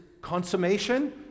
consummation